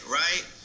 right